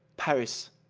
paris,